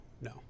No